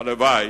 הלוואי